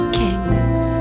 kings